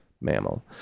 mammal